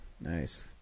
Nice